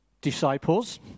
disciples